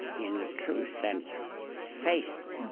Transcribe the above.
in the true sense of faith,